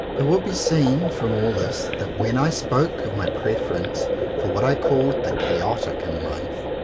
it will be seen from all this that when i spoke of my preference for what i called the chaotic in life,